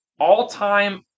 all-time